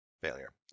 Failure